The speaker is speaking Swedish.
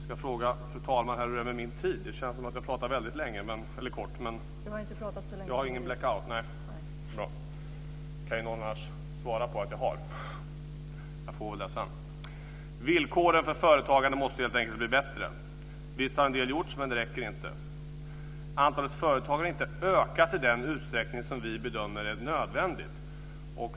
Villkoren för företagande måste helt enkelt bli bättre. Visst har en del gjorts, men det räcker inte. Antalet företag har inte ökat i den utsträckning som vi bedömer är nödvändig.